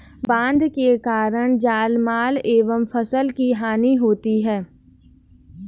बाढ़ के कारण जानमाल एवं फसल की हानि होती है